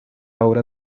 obra